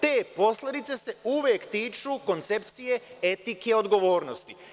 Te posledice se uvek tiču koncepcije etike odgovornosti.